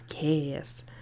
Yes